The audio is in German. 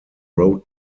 road